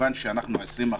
כמובן אנחנו 20%,